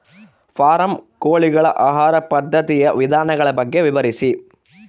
Form ಕೋಳಿಗಳ ಆಹಾರ ಪದ್ಧತಿಯ ವಿಧಾನಗಳ ಬಗ್ಗೆ ವಿವರಿಸಿ?